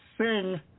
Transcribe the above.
sing